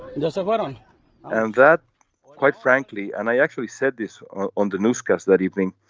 and so but on. and that quite frankly and i actually said this on the newscast that evening